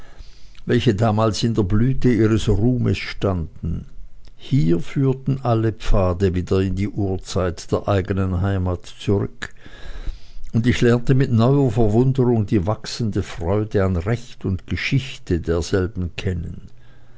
welche damals in der blüte ihres ruhmes standen hier führten alle pfade wieder in die urzeit der eigenen heimat zurück und ich lernte mit neuer verwunderung die wachsende freude an recht und geschichte derselben kennen